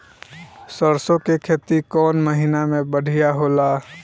सरसों के खेती कौन महीना में बढ़िया होला?